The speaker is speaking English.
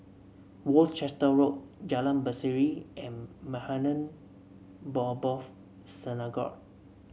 Worcester Road Jalan Berseri and Maghain Aboth Synagogue